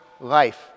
life